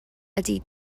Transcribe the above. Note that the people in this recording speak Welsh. ydy